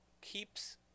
keeps